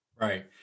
Right